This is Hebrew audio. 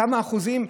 כמה אחוזים,